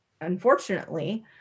unfortunately